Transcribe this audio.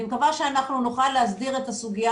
אני מקווה שאנחנו נוכל להסדיר את הסוגיה